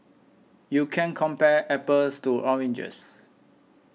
you can't compare apples to oranges